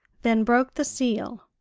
then broke the seal.